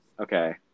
Okay